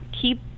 keep